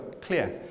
clear